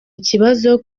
ikibazo